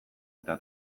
eta